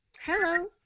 Hello